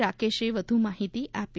રાકેશે વધુ માહિતી આપી